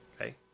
Okay